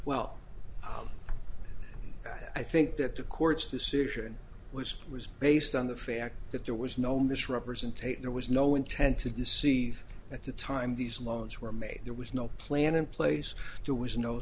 well i think that the court's decision was was based on the fact that there was no misrepresentation there was no intent to deceive at the time these loans were made there was no plan in place to was no